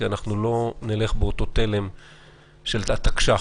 כי אנחנו לא נלך באותו תלם של התקש"ח,